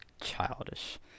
childish